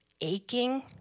aching